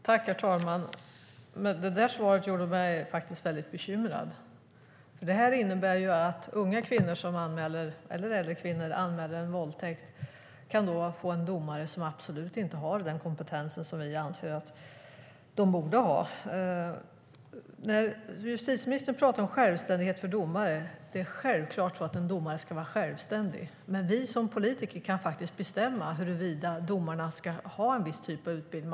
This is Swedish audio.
Herr talman! Det svaret gjorde mig faktiskt väldigt bekymrad. Det innebär ju att unga - eller äldre - kvinnor som anmäler en våldtäkt kan få en domare som absolut inte har den kompetens som vi anser att man borde ha. Justitieministern talar om självständighet för domare. Det är självklart att en domare ska vara självständig. Men vi som politiker kan faktiskt bestämma huruvida domarna ska ha en viss typ av utbildning.